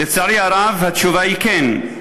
לצערי הרב, התשובה היא כן.